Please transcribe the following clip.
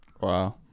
Wow